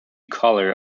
color